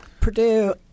Purdue